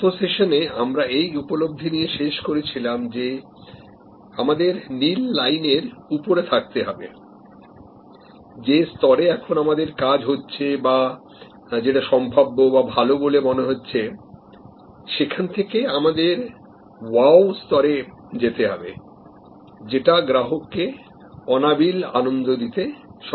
গত সেশানে আমরা এই উপলব্ধি নিয়ে শেষ করেছিলাম যে আমাদের নীল লাইনের উপরে থাকতে হবে যে স্তরে এখন আমাদের কাজ হচ্ছে বা যেটাসম্ভাব্যবা ভালো বলে মনে হচ্ছে সেখান থেকে আমাদের ওয়াও স্তরে যেতে হবে যেটা গ্রাহককে অনাবিল আনন্দ দিতে সক্ষম